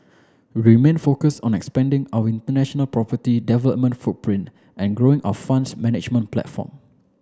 remain focus on expanding our international property development footprint and growing our funds management platform